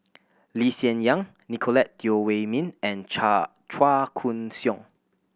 Lee Hsien Yang Nicolette Teo Wei Min and Chua Chua Koon Siong